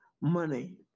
Money